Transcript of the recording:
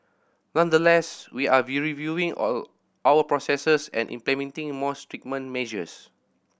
nonetheless we are reviewing all our processes and implementing more stringent measures